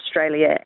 Australia